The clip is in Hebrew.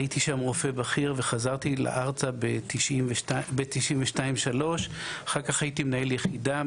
הייתי שם רופא בכיר וחזרתי ארצה ב-1992 1993. אחר כך הייתי מנהל יחידה,